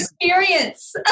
experience